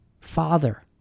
Father